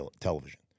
television